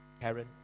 Karen